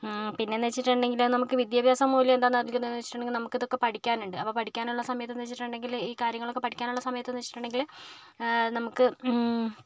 പിന്നേന്ന് വച്ചിട്ടൊണ്ടെങ്കില് നമുക്ക് വിദ്യാഭ്യാസ മൂല്യം എന്താന്ന് വച്ചിട്ടുണ്ടെങ്കിൽ നമുക്കിതൊക്കെ പഠിക്കാനുണ്ട് പഠിക്കാനുള്ള സമയത്തെന്ന് വച്ചിട്ടുണ്ടെങ്കില് ഈ കാര്യങ്ങളൊക്കെ പഠിക്കാനുള്ള സമയത്തെന്ന് വച്ചിട്ടുണ്ടെങ്കില് നമുക്ക്